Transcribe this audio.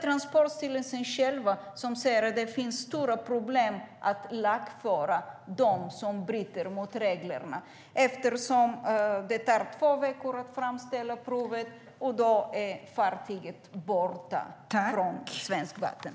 Transportstyrelsen själv säger att det finns stora problem att lagföra dem som bryter mot reglerna. Det tar nämligen två veckor att framställa provet, och då är fartyget borta från svenskt vatten.